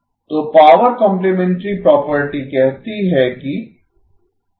तो power complementary property कहती है कि और